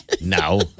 No